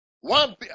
One